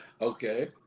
Okay